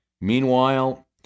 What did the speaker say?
Meanwhile